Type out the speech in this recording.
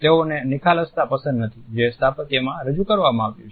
તેઓને નિખાલસતા પસંદ નથી જે સ્થાપત્યમાં રજુ કરવામાં આવ્યું છે